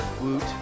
Woot